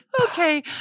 Okay